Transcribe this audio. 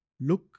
Look